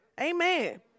Amen